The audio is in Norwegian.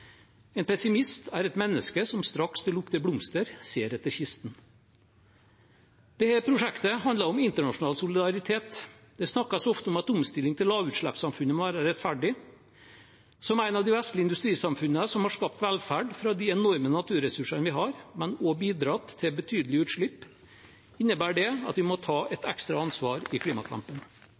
pessimist er et menneske som straks det lukter blomster, ser etter kisten.» Dette prosjektet handler om internasjonal solidaritet. Det snakkes ofte om at omstilling til lavutslippssamfunnet må være rettferdig. Som en av de vestlige industrisamfunnene som har skapt velferd av de enorme naturressursene vi har, men også bidratt til betydelige utslipp, innebærer det at vi må ta et ekstra ansvar i klimakampen.